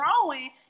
growing